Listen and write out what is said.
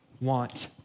want